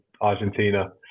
argentina